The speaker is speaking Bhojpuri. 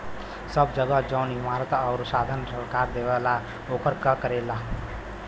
सब जगह जौन इमारत आउर साधन सरकार देवला ओकर कर लेवला